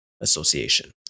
association